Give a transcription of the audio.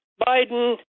Biden